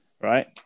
Right